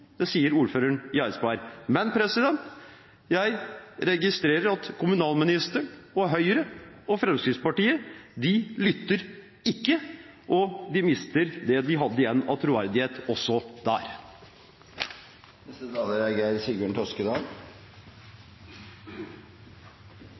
Det sier ordføreren i Eidsberg. Men jeg registrerer at kommunalministeren, Høyre og Fremskrittspartiet ikke lytter, og de mister det de hadde igjen av troverdighet også der.